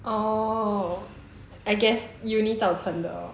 orh I guess uni 造成的